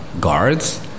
guards